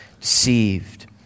deceived